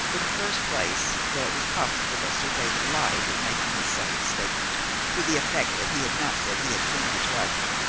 in the first place, though it was possible that sir david lied in making his second statement to the effect that he had not said he had cleaned his rifle,